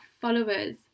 followers